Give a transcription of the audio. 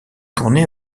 tournée